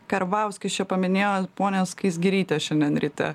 karbauskis čia paminėjo ponią skaisgirytę šiandien ryte